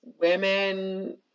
women